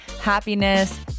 happiness